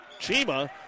Chima